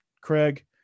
Craig